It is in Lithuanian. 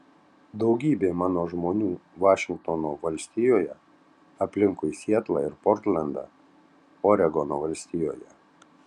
daugybė mano žmonių vašingtono valstijoje aplinkui sietlą ir portlendą oregono valstijoje